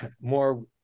more